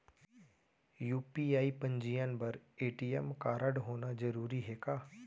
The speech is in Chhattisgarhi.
यू.पी.आई पंजीयन बर ए.टी.एम कारडहोना जरूरी हे का?